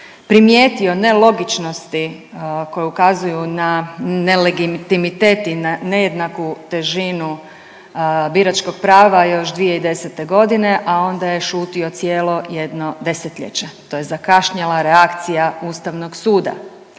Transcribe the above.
primijetio nelogičnosti koje ukazuju na ne legitimitet i na nejednaku težinu biračkog prava još 2010.g., a onda je šutio cijelo jedno 10-ljeće, to je zakašnjela reakcija ustavnog suda,